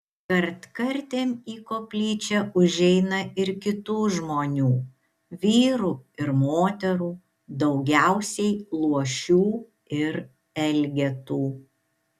kartkartėm į koplyčią užeina ir kitų žmonių vyrų ir moterų daugiausiai luošių ir elgetų